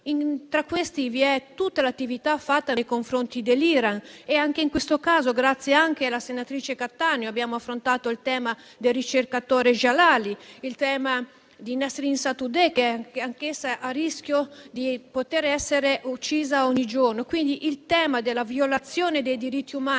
umani, compresa l'attività fatta nei confronti dell'Iran. Anche in questo caso, grazie anche alla senatrice Cattaneo, abbiamo affrontato i casi del ricercatore Djalali e di Nasrin Sotoudeh, anch'essa a rischio di essere uccisa ogni giorno. Il tema della violazione dei diritti umani